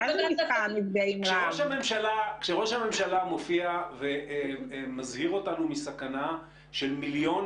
כשראש הממשלה מופיע ומזהיר אותנו מסכנה של מיליון